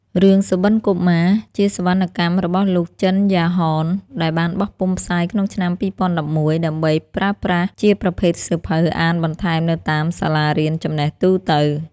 រឿងសុបិន្តកុមារ ជាវណ្ណកម្មរបស់លោក ជិន យ៉ាហន ដែលបានបោះពុម្ភផ្សាយក្នុងឆ្នាំ២០១១ ដើម្បីប្រើប្រាស់ជាប្រភេទសៀវភៅអានបន្ថែមនៅតាមសាលារៀនចំណេះទូទៅ។